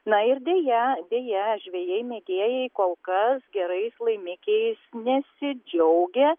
na ir deja deja žvejai mėgėjai kol kas gerais laimikiais nesidžiaugia